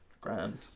Grand